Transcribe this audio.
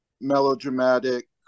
Melodramatic